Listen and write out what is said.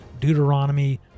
Deuteronomy